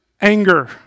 anger